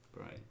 Right